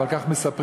אבל כך מספרים,